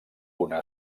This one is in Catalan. una